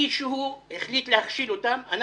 מישהו החליט להכשיל אותם ואנחנו,